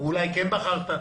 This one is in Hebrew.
ואולי כן בחרת?